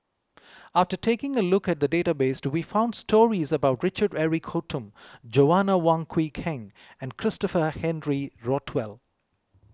after taking a look at the database we found stories about Richard Eric Holttum Joanna Wong Quee Heng and Christopher Henry Rothwell